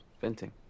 venting